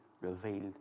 revealed